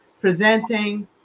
presenting